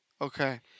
Okay